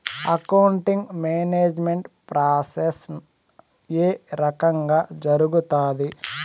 accounting management process ఏ రకంగా జరుగుతాది